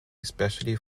especially